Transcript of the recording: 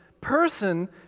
person